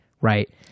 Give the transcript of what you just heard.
Right